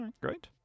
Great